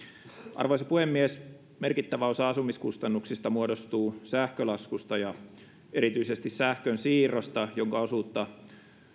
arvoisa puhemies merkittävä osa asumiskustannuksista muodostuu sähkölaskusta ja erityisesti sähkönsiirrosta jonka osuutta